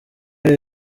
ari